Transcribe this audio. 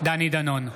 דני דנון,